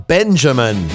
Benjamin